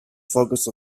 focused